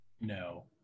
No